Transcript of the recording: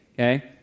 okay